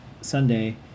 Sunday